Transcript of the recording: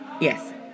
Yes